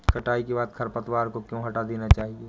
कटाई के बाद खरपतवार को क्यो हटा देना चाहिए?